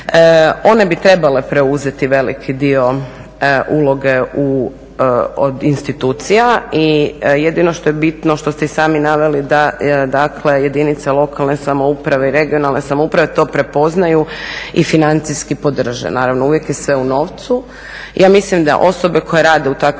one bi trebale preuzeti veliki dio uloge od institucija. I jedino što je bitno, što ste i sami naveli, da jedinice lokalne samouprave i regionalne samouprave to prepoznaju i financijski podrže. Naravno, uvijek je sve u novcu. Ja mislim da osobe koje rade u takvim